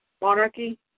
monarchy